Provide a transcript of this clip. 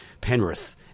Penrith